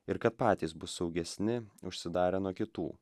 ir kad patys bus saugesni užsidarę nuo kitų